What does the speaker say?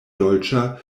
dolĉa